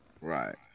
right